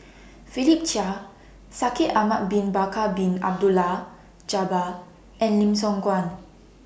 Philip Chia Shaikh Ahmad Bin Bakar Bin Abdullah Jabbar and Lim Siong Guan